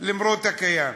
למרות הקיים.